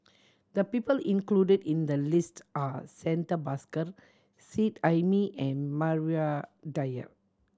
the people included in the list are Santha Bhaskar Seet Ai Mee and Maria Dyer